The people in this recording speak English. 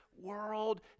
world